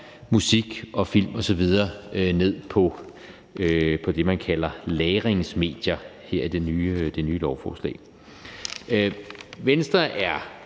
musik og film osv. ned på det, man kalder lagringsmedier i det nye lovforslag. Venstre er